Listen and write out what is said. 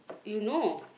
you know